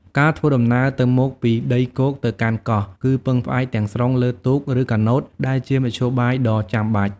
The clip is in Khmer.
ការធ្វើដំណើរទៅមកពីដីគោកទៅកាន់កោះ គឺពឹងផ្អែកទាំងស្រុងលើទូក ឬកាណូត ដែលជាមធ្យោបាយដ៏ចាំបាច់។